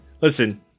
Listen